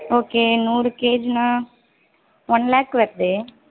okay நூறு கேஜினா one lakh வருது